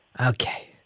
Okay